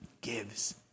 gives